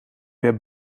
per